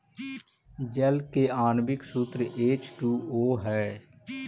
जल के आण्विक सूत्र एच टू ओ हई